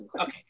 Okay